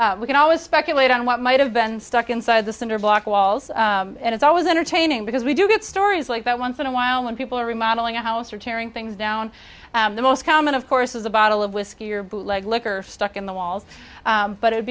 so we can always speculate on what might have been stuck inside the cinderblock walls it's always entertaining because we do get stories like that once in a while when people are remodeling a house or tearing things down the most common of course is a bottle of whiskey or bootleg liquor stuck in the walls but it